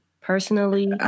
personally